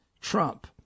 Trump